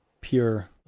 pure